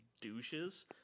douches